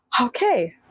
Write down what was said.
Okay